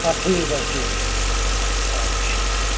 آ ٹھیک حظ ٹھیک چھُ آ